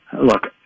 look